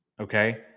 Okay